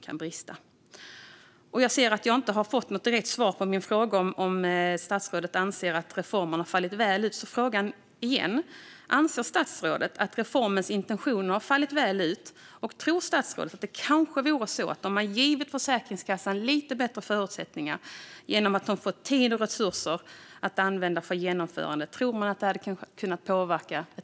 Jag har inte fått något direkt svar på min fråga om statsrådet anser att reformen har fallit väl ut. Frågan är därför igen: Anser statsrådet att reformens intentioner har fallit väl ut, och tror statsrådet att det hade blivit ett annat utfall i dag om man givit Försäkringskassan lite bättre förutsättningar i form av tid och resurser att använda för genomförandet?